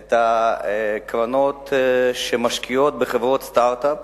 את הקרנות שמשקיעות בחברות סטארט-אפ.